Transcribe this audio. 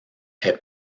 est